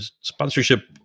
sponsorship